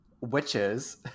witches